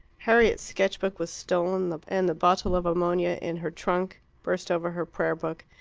harriet's sketch-book was stolen, and the bottle of ammonia in her trunk burst over her prayer-book,